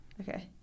Okay